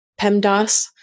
PEMDAS